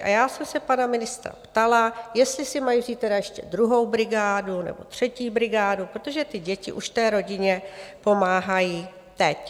A já jsem se pana ministra ptala, jestli si mají vzít tedy ještě druhou brigádu nebo třetí brigádu, protože ty děti už té rodině pomáhají teď.